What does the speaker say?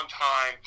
time